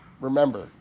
Remember